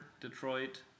detroit